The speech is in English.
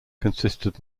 consisted